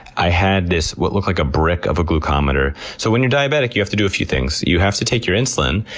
i had this, what looked like, a brick of a glucometer. so when you're diabetic you have to do a few things. you have to take your insulin,